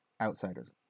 Outsiders